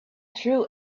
true